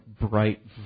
bright